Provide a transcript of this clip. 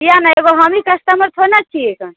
किया न एगो हमही कस्टमर थोड़े ने छियै गऽ